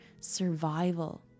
survival